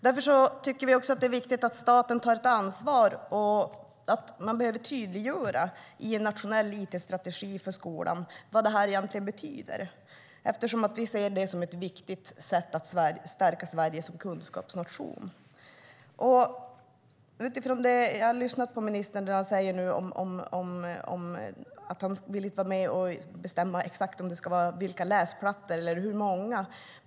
Därför är det viktigt att staten tar ett ansvar. Man behöver i en nationell it-strategi för skolan tydliggöra vad detta egentligen betyder. Vi ser det som ett viktigt sätt att stärka Sverige som kunskapsnation. Jag har lyssnat på det som ministern har sagt om att han inte vill vara med och bestämma exakt hur många läsplattor man ska ha.